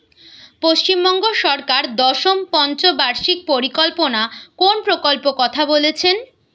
পশ্চিমবঙ্গ সরকার দশম পঞ্চ বার্ষিক পরিকল্পনা কোন প্রকল্প কথা বলেছেন?